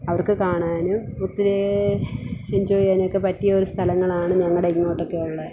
അവർക്ക് കാണാനും ഒത്തിരി എൻജോയ് ചെയ്യാനൊക്കെ പറ്റിയ ഒരു സ്ഥലങ്ങളാണ് ഞങ്ങളുടെ ഇങ്ങോട്ടൊക്കെയുള്ളത്